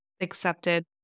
accepted